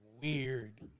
weird